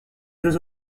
jeux